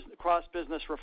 cross-business